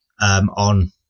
on